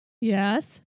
yes